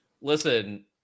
listen